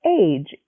age